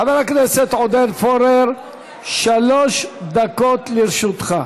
חבר הכנסת עודד פורר, שלוש דקות לרשותך.